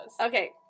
okay